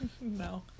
No